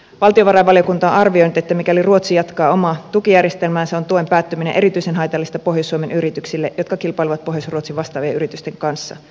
valtiovarainvaliokunta on arvioinut että mikäli ruotsi jatkaa omaa tukijärjestelmäänsä on tuen päättyminen erityisen haitallista pohjois suomen yrityksille jotka kilpailevat pohjois ruotsin vastaavien yritysten kanssa